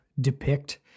depict